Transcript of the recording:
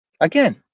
Again